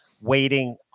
waiting